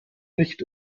nicht